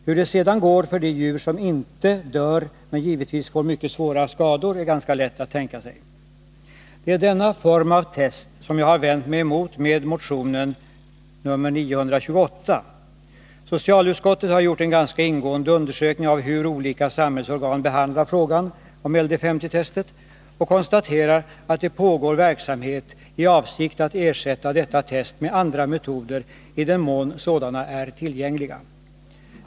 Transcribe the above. Hur det sedan går för de djur som inte dör, men som givetvis får mycket stora skador, är ganska lätt att tänka sig. Det är denna form av test som jag har vänt mig emot med motionen 1980/81:928. Socialutskottet har gjort en ganska ingående undersökning av hur olika samhällsorgan behandlar frågan om LD 50-testet och konstaterar att det pågår verksamhet i avsikt att ersätta detta test med andra metoder i den mån sådana är tillgängliga.